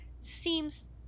seems